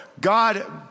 God